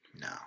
No